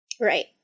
Right